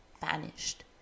vanished